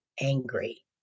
angry